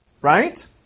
Right